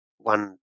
One